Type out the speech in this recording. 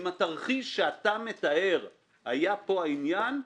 משום שאם התרחיש שאתה מתאר היה פה העניין,